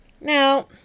Now